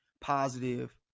positive